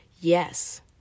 yes